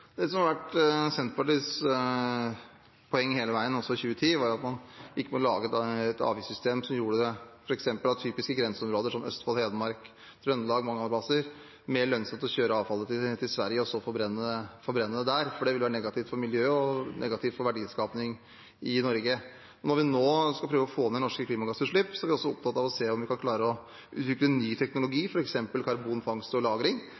Det som har vært Senterpartiets poeng hele veien, også i 2010, var at man ikke måtte lage et avgiftssystem som gjorde det mer lønnsomt for f.eks. typiske grenseområder, som Østfold, Hedmark og Trøndelag og mange andre steder, å kjøre avfallet til Sverige og forbrenne det der, for det ville være negativt for miljøet og negativt for verdiskaping i Norge. Når vi nå skal prøve å få ned norske klimagassutslipp, er vi også opptatt av å se om vi kan klare å utvikle ny teknologi, f.eks. karbonfangst og - lagring,